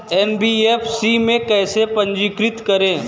NBFC में कैसे पंजीकृत करें?